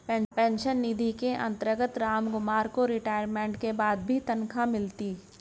pension निधि के अंतर्गत रामकुमार को रिटायरमेंट के बाद भी तनख्वाह मिलती